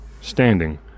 standing